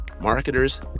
marketers